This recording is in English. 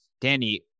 Danny